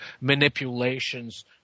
manipulations